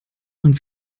und